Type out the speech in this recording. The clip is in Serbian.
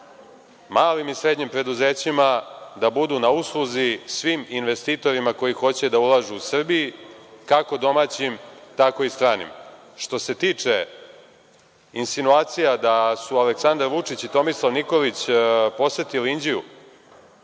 malim i srednjim preduzećima, da budu na usluzi svim investitorima koji hoće da ulažu u Srbiji, kako domaćim tako i stranim. Što se tiče insinuacija da su Aleksandar Vučić i Tomislav Nikolić posetili Inđiju,